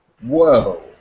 Whoa